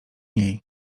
niej